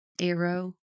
Arrow